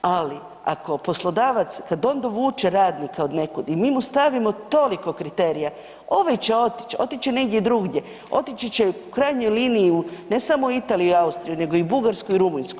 Ali ako poslodavac, kad on dovuče radnika odnekud i mi mu stavimo toliko kriterija, ovaj će otić, otiće negdje drugdje, otići će u krajnjoj liniji ne samo u Italiju i Austriju nego i Bugarsku i Rumunjsku.